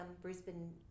Brisbane